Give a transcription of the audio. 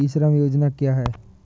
ई श्रम योजना क्या है?